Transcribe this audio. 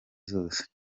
zose